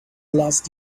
last